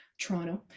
Toronto